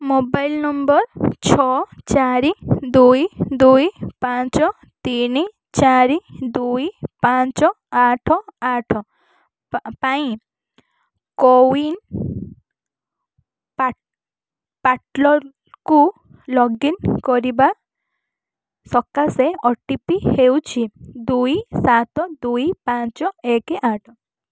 mobile number ଛଅ ଚାରି ଦୁଇ ଦୁଇ ପାଞ୍ଚ ତିନି ଚାରି ଦୁଇ ପାଞ୍ଚ ଆଠ ଆଠ ପାଇଁ କୋୱିନ୍ ପୋର୍ଟାଲ୍କୁ ଲଗ୍ଇନ୍ କରିବା ସକାସେ ଓ ଟି ପି ହେଉଛି ଦୁଇ ସାତ ଦୁଇ ପାଞ୍ଚ ଏକେ ଆଠ